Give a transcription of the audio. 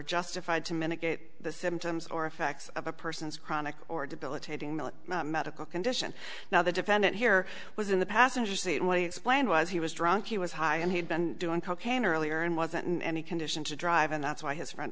justified to mitigate the symptoms or effects of a person's chronic or debilitating the medical condition now the defendant here was in the passenger seat when he explained was he was drunk he was high and he had been doing cocaine earlier and wasn't in any condition to drive and that's why his friend